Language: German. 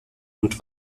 und